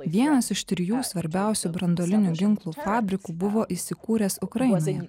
vienas iš trijų svarbiausių branduolinių ginklų fabrikų buvo įsikūręs ukrainoje